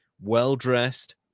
well-dressed